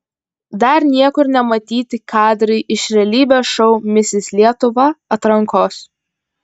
dar niekur nematyti kadrai iš realybės šou misis lietuva atrankos